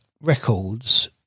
records